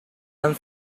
han